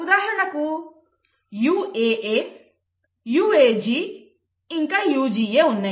ఉదాహరణకు UAA UAG ఇంకా UGA ఉన్నాయి